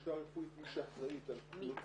בלשכה הרפואית מי שאחראית על --- מי?